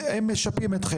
אם אתם משלמים בכלל.